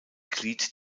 glied